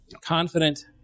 confident